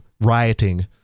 rioting